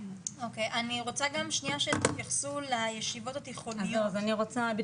אני רוצה גם שתתייחסו לישיבות התיכונית.